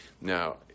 Now